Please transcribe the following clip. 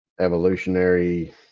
evolutionary